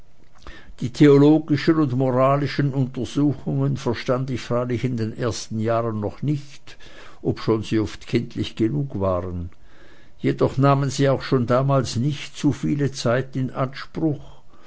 die theologischen und moralischen untersuchungen verstand ich freilich in den ersten jahren noch nicht obschon sie oft kindlich genug waren jedoch nahmen sie auch schon damals nicht zu viele zeit in anspruch